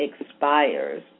expires